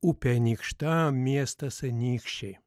upė anykšta miestas anykščiai